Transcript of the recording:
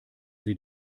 sie